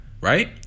Right